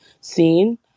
scene